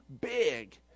big